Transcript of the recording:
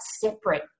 separate